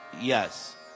Yes